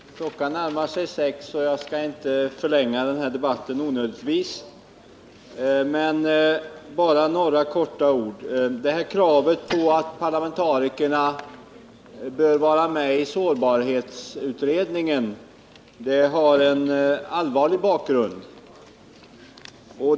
Herr talman! Klockan närmar sig sex, och jag skall inte onödigtvis förlänga den här debatten. Bara några få ord. Kravet att parlamentarikerna skall vara med i sårbarhetsutredningen har en allvarlig bakgrund.